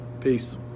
Peace